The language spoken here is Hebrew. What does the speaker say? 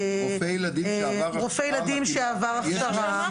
רופא ילדים שעבר הכשרה,